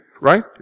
right